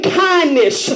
kindness